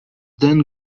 then